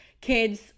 kids